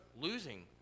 losing